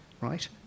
right